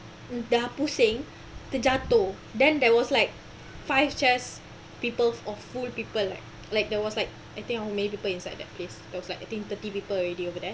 dah pusing terjatuh then there was like five chairs peoples of full people like like there was like I think many people inside that place there was like I think thirty people already over there